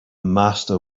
master